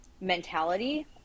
mentality